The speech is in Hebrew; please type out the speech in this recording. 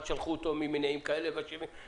אחד שלחו אותו ממניעים כאלה והשני ממניעים אחרים,